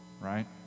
right